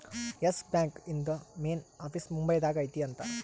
S Bank ಇಂದು main office Mumbai ದಾಗ ಐತಿ ಅಂತ